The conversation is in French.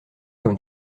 comme